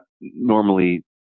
normally